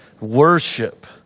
worship